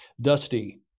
dusty